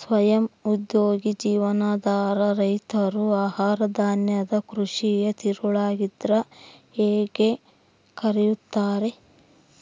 ಸ್ವಯಂ ಉದ್ಯೋಗಿ ಜೀವನಾಧಾರ ರೈತರು ಆಹಾರಧಾನ್ಯದ ಕೃಷಿಯ ತಿರುಳಾಗಿದ್ರ ಹೇಗೆ ಕರೆಯುತ್ತಾರೆ